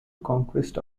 conquest